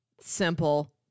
Simple